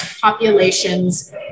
populations